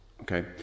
Okay